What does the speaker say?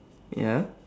ya